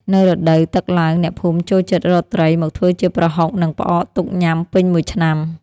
នៅរដូវទឹកឡើង អ្នកភូមិចូលចិត្តរកត្រីមកធ្វើជាប្រហុក និងផ្អកទុកញ៉ាំពេញមួយឆ្នាំ។